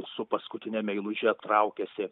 su paskutine meiluže traukiasi